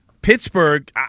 Pittsburgh